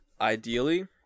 ideally